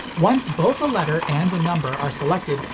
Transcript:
once both a letter and a number are selected,